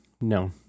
no